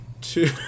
two